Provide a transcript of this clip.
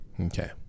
Okay